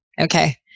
Okay